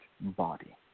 body